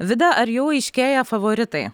vida ar jau aiškėja favoritai